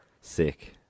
sick